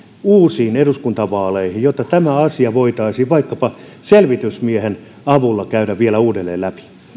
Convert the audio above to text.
uusiin eduskuntavaaleihin ja tämä asia voitaisiin vaikkapa selvitysmiehen avulla käydä vielä uudelleen läpi